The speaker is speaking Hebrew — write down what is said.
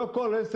תנו להם לעבוד.